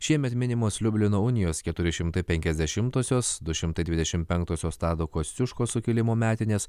šiemet minimos liublino unijos keturi šimtai penkiasdešimtosios du šimtai dvidešimt penktosios tado kosciuškos sukilimo metinės